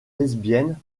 lesbiennes